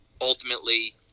ultimately